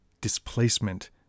displacement